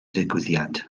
digwyddiad